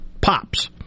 pops